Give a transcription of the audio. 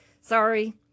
Sorry